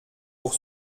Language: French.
pour